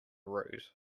rude